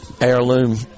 heirloom